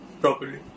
properly